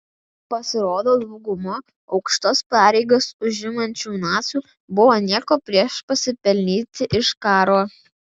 pasirodo dauguma aukštas pareigas užimančių nacių buvo nieko prieš pasipelnyti iš karo